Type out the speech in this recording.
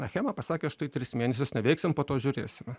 achema pasakė štai tris mėnesius neveiksim po to žiūrėsim